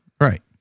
Right